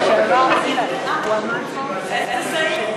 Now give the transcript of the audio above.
איזה סעיף?